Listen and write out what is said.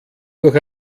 durch